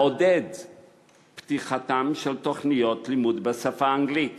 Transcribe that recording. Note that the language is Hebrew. מעודדת את פתיחתן של תוכניות לימוד בשפה האנגלית,